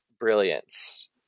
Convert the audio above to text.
brilliance